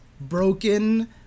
broken